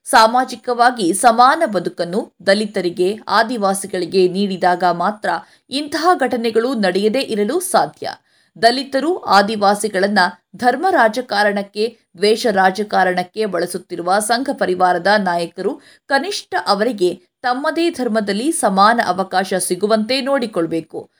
ಸಾಮಾಜಿಕವಾಗಿ ಸಮಾನ ಬದುಕನ್ನು ದಲಿತರಿಗೆ, ಆದಿವಾಸಿಗಳಿಗೆ ನೀಡಿದಾಗ ಮಾತ್ರ ಇಂತಹ ಘಟನೆಗಳು ನಡೆಯದೇ ಇರಲು ಸಾಧ್ಯ. ದಲಿತರು, ಆದಿವಾಸಿಗಳನ್ನ ಧರ್ಮ ರಾಜಕಾರಣಕ್ಕೆ, ದ್ವೇಷ ರಾಜಕಾರಣಕ್ಕೆ ಬಳಸುತ್ತಿರುವ ಸಂಘ ಪರಿವಾರದ ನಾಯಕರು, ಕನಿಷ್ಠ ಅವರಿಗೆ ತಮ್ಮದೇ ಧರ್ಮದಲ್ಲಿ ಸಮಾನ ಅವಕಾಶ ಸಿಗುವಂತೆ ನೋಡಿಕೊಳ್ಬೇಕು.